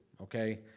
okay